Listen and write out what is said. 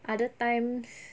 other times